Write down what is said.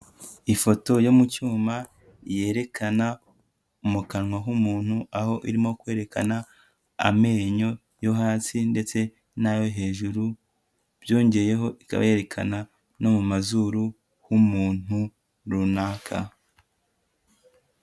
Ifoto yo mu cyuma yerekana mu kanwa h'umuntu, aho irimo kwerekana amenyo yo hasi ndetse n'ayo hejuru, byongeyeho ikaba yerekana no mu mazuru h'umuntu runaka.